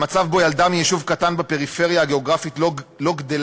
המצב שבו ילדה מיישוב קטן בפריפריה הגיאוגרפית לא גדלה